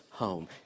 home